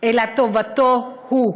אלא טובתו שלו,